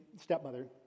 stepmother